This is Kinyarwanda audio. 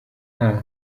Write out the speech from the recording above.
nta